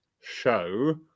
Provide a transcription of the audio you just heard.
show